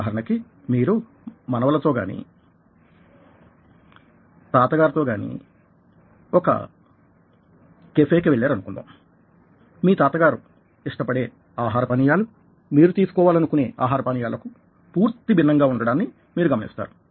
ఉదాహరణకి మీరు మనవలతో గాని తాతగారితో గాని ఒక కెఫే కి వెళ్లారు అనుకుందాం మీ తాతగారు ఇష్టపడే ఆహార పానీయాలు మీరు తీసుకోవాలనుకొనే ఆహార పానీయాలకు పూర్తి భిన్నంగా ఉండడాన్ని మీరు గమనిస్తారు